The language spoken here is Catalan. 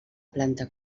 planta